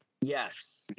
Yes